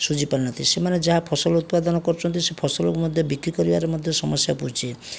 ଶୁଝି ପାରୁନାହାନ୍ତି ସେମାନେ ଯାହା ଫସଲ ଉତ୍ପାଦନ କରୁଛନ୍ତି ସେ ଫସଲକୁ ମଧ୍ୟ ବିକ୍ରି କରିବାରେ ମଧ୍ୟ ସମସ୍ୟା ଉପୁଜୁଛି